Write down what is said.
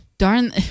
Darn